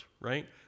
right